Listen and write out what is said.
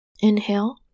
Inhale